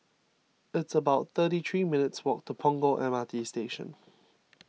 it's about thirty three minutes' walk to Punggol M R T Station